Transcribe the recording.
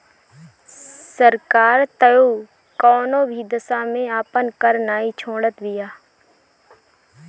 सरकार तअ कवनो भी दशा में आपन कर नाइ छोड़त बिया